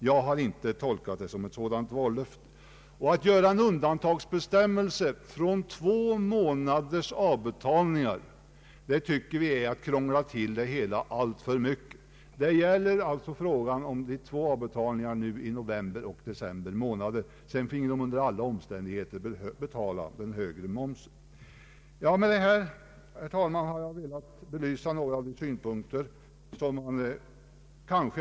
Jag har inte tolkat vad som sagts som ett sådant löfte, och att göra en undantagsbestämmelse för två månaders avbetalningar tycker vi är att krångla till det hela alltför mycket. Det gäller alltså två avbetalningar, i november och december månader. Sedan får kunderna under alla omständigheter betala den högre momsen. Med detta har jag velat belysa några av de synpunkter som framförts.